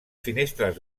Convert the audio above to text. finestres